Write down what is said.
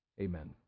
Amen